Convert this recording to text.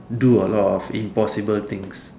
do a lot of impossible things